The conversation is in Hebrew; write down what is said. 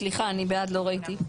סליחה, אני בעד, לא ראיתי.